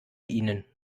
ihnen